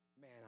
Man